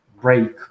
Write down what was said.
break